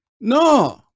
No